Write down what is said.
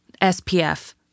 SPF